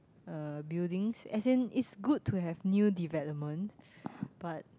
uh buildings as in it's good to have new developments but